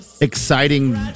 exciting